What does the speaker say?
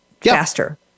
faster